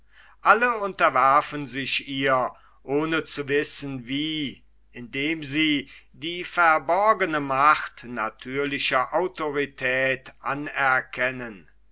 alle unterwerfen sich ihr ohne zu wissen wie indem sie die verborgene macht natürlicher autorität anerkennen